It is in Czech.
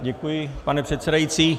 Děkuji, pane předsedající.